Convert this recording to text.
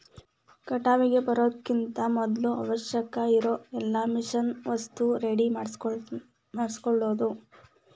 ಕಟಾವಿಗೆ ಬರುಕಿಂತ ಮದ್ಲ ಅವಶ್ಯಕ ಇರು ಎಲ್ಲಾ ಮಿಷನ್ ವಸ್ತು ರೆಡಿ ಮಾಡ್ಕೊಳುದ